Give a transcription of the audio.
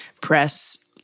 press